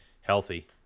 healthy